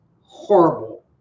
horrible